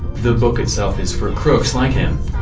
the book itself is for crooks like him.